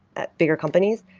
ah bigger companies.